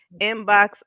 inbox